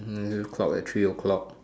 hmm clock at three o-clock